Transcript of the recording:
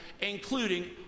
including